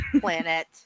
planet